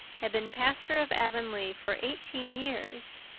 had been pastor of avonlea for eighteen years.